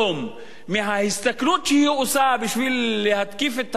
באחוז אחד מההסתכנות שהיא עושה בשביל להתקיף את אירן,